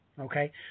okay